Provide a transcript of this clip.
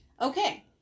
okay